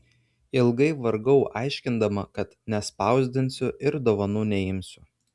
ilgai vargau aiškindama kad nespausdinsiu ir dovanų neimsiu